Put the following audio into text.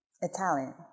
italian